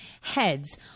heads